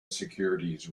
securities